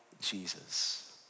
Jesus